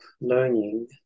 learning